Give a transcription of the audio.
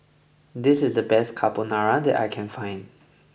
this is the best Carbonara that I can find